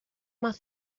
más